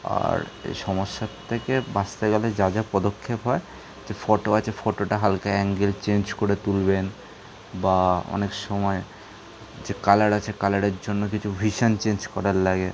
আর এ সমস্যার থেকে বাঁচতে গেলে যা যা পদক্ষেপ হয় যে ফটো আছে ফটোটা হালকা অ্যাঙ্গেল চেঞ্জ করে তুলবেন বা অনেক সময় যে কালার আছে কালারের জন্য কিছু ভিশন চেঞ্জ করার লাগে